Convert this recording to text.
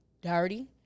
Dirty